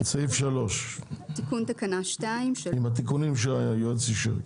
סעיף .3 עם התיקונים שהיועץ אישר,